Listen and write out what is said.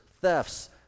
thefts